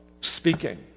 speaking